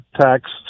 tax